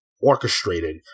orchestrated